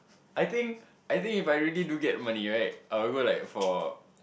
I think I think if I really do get money right I'll go like for